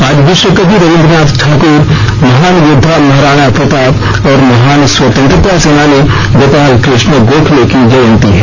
आज विश्व कवि रबिन्द्रनाथ ठाकुर महान योद्वा महाराणा प्रताप और महान स्वतंत्रता सेनानी गोपाल कृ ष्ण गोखले की जयंती है